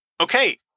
okay